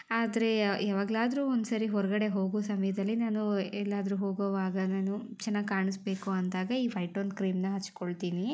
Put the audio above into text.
ಆದರೆ ಯಾವಾಗ್ಲಾದರೂ ಒಂದ್ಸರಿ ಹೊರಗಡೆ ಹೋಗೋ ಸಮಯದಲ್ಲಿ ನಾನು ಎಲ್ಲಾದರೂ ಹೋಗುವಾಗ ನಾನು ಚೆನ್ನಾಗಿ ಕಾಣಿಸ್ಬೇಕು ಅಂದಾಗ ಈ ವೈಟ್ ಟೋನ್ ಕ್ರೀಮನ್ನ ಹಚ್ಕೊಳ್ತೀನಿ